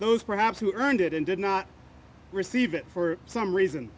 those perhaps who earned it and did not receive it for some reason